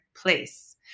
place